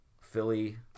Philly